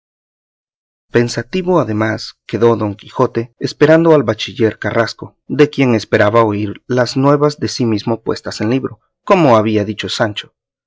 pensativo además quedó don quijote esperando al bachiller carrasco de quien esperaba oír las nuevas de sí mismo puestas en libro como había dicho sancho